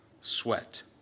sweat